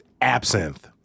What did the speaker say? absinthe